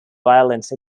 violence